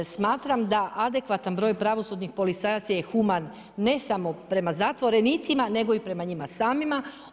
Smatram da adekvatan broj pravosudnih policajaca je human ne samo prema zatvorenicima nego i prema njima samima.